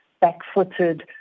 back-footed